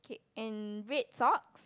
okay and red socks